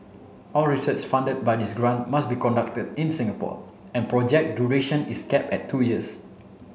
all research funded by this grant must be conducted in Singapore and project duration is cap at two years